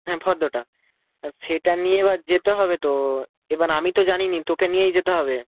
হ্যাঁ ফর্দটা সেটা নিয়ে এবার যেতে হবে তো এবার আমি তো জানি নি তোকে নিয়েই যেতে হবে